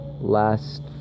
last